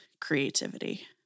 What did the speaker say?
creativity